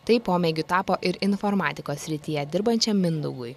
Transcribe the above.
tai pomėgiu tapo ir informatikos srityje dirbančiam mindaugui